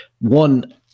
one